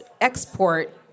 export